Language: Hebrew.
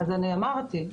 כפי שאמרתי,